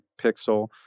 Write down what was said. pixel